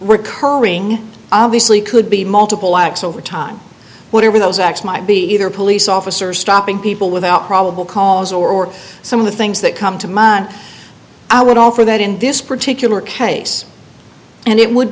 we're currying obviously could be multiple acts over time whatever those acts might be either police officer stopping people without probable cause or some of the things that come to mind i would offer that in this particular case and it would